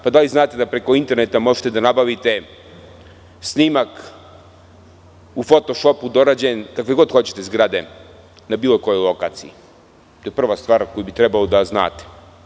Da li znate da preko interneta možete da nabavite snimak, u foto šopu dorađen, kakve god hoćete zgrade na bilo kojoj lokaciji, to je prva stvar koju bi trebalo da znate.